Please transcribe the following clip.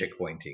checkpointing